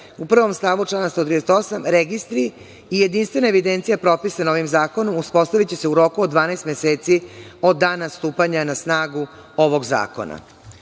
u prvom stavu člana 138. – registri i jedinstvena evidencija propisana ovim zakonom uspostaviće se u roku od 12 meseci od dana stupanja na snagu ovog zakona. Ja